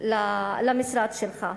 למשרד שלך.